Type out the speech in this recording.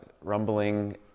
rumbling